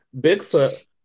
Bigfoot